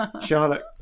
Charlotte